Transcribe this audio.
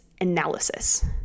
Analysis